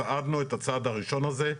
צעדנו את הצעד הראשון הזה,